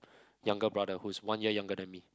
younger brother who's one year younger than me